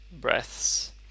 breaths